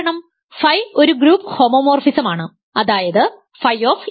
കാരണം ഫൈ ഒരു ഗ്രൂപ്പ് ഹോമോമോർഫിസമാണ് അതായത് ф